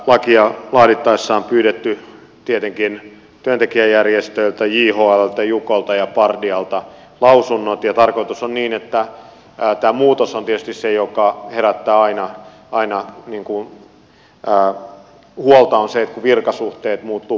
lakia laadittaessa on pyydetty tietenkin työntekijäjärjestöiltä jhlltä jukolta ja pardialta lausunnot ja tämä muutos tietysti joka herättää aina huolta on se että virkasuhteet muuttuvat palvelussuhteiksi